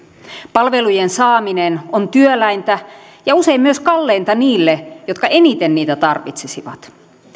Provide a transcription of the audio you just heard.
palvelujen saaminen on työläintä ja usein myös kalleinta niille jotka eniten niitä tarvitsisivat